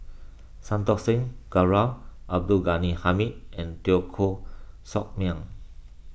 Santokh Singh Grewal Abdul Ghani Hamid and Teo Koh Sock Miang